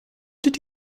did